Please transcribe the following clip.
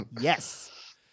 yes